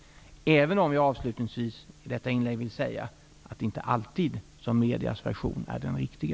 I detta inlägg vill jag dock avslutningsvis säga att det inte alltid är medias version som är den riktiga.